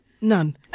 None